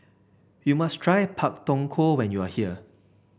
you must try Pak Thong Ko when you are here